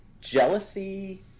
jealousy